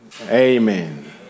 Amen